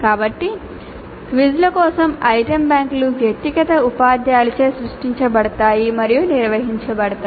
కాబట్టి క్విజ్ల కోసం ఐటెమ్ బ్యాంకులు వ్యక్తిగత ఉపాధ్యాయులచే సృష్టించబడతాయి మరియు నిర్వహించబడతాయి